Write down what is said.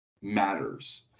matters